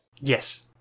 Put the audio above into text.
yes